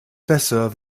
besser